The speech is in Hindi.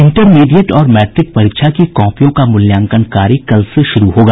इंटरमीडिएट और मैट्रिक परीक्षा की कॉपियों का मूल्यांकन कार्य कल से शुरू होगा